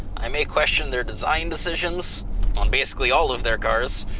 i may question their design decisions on basically all of their cars,